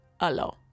hello